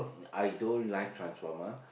I don't like transformer